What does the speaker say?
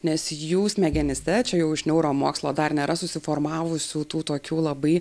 nes jų smegenyse čia jau iš neuromokslo dar nėra susiformavusių tų tokių labai